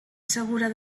segura